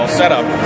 setup